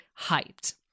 hyped